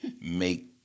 make